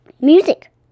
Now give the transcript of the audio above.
music